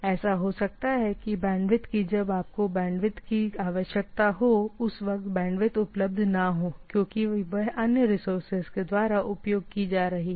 ऐसा हो सकता है कि बैंडविड्थ की उपलब्धता नहीं है या जब आपको इसकी आवश्यकता होती है क्योंकि आप रिसोर्सेज की पूर्ति नहीं कर रहे हैं